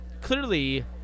clearly